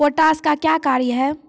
Potash का क्या कार्य हैं?